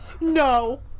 No